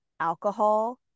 alcohol